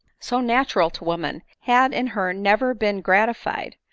so natural to women, had in her never been gratified,